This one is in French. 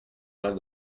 point